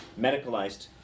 medicalized